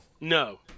No